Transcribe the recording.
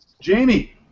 Jamie